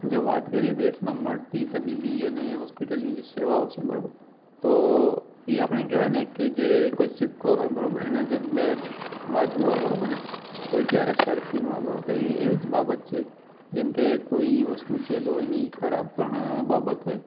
જો વાત કરીએ દેશમાં મળતી તબીબી અને હૉસ્પિટલની જે સેવાઓ છે બરાબર તો એ આપણે કહેવાય ને કે જે કોઈ સિક્કો હોય બરાબરને એના જે બે બાજુ હોય બરાબર ને તો એ ક્યારેય સરખી ના હોય બરાબર તો એવી જ બાબત છે જેમ કે કોઈ વસ્તુ છે તો એની ખરાબ પણ બાબત હોય